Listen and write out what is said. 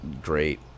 Great